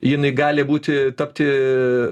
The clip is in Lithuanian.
jinai gali būti tapti